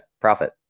profit